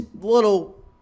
little